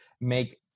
make